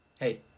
Hey